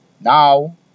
Now